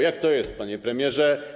Jak to jest, panie premierze?